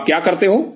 तो आप क्या करते हो